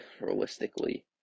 Realistically